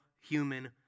human